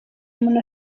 umuntu